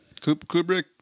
Kubrick